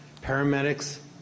paramedics